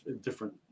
different